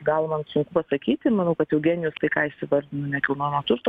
gal man sunku pasakyti manau kad eugenijus tai ką jis įvardino nekilnojamo turto